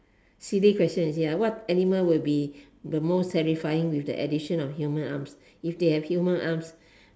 silly question you see ah what animal will be the most terrifying with the addition of human arms if they have human arms